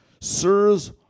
sirs